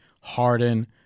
Harden